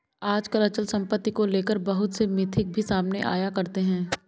आजकल अचल सम्पत्ति को लेकर बहुत से मिथक भी सामने आया करते हैं